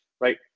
right